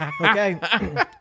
Okay